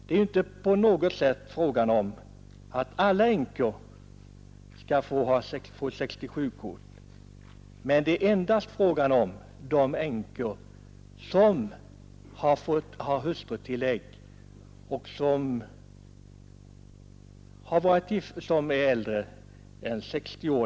Det är inte 79 på något sätt fråga om att alla änkor skall få 67-kort, utan det är endast fråga om de änkor som har fått hustrutillägg och som är äldre än 60 år.